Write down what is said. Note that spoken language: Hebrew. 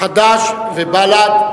חד"ש ובל"ד,